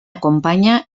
acompanya